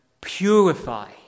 purify